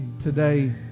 today